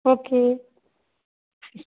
okay